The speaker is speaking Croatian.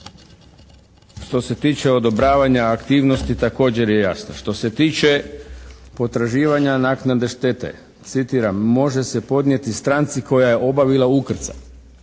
Što se tiče odobravanja aktivnosti također je jasno što se tiče potraživanja naknade štete, citiram: "Može se podnijeti stranci koja je obavila ukrcaj."